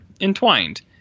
entwined